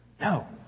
No